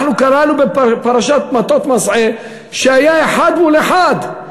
אנחנו קראנו בפרשת מטות-מסעי שהיה אחד מול אחד.